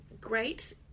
great